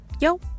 Yo